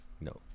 no